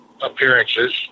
appearances